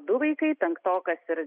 du vaikai penktokas ir